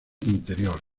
interior